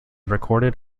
recorded